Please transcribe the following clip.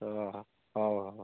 ଓହୋ ହଉ ହଉ